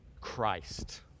Christ